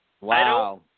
Wow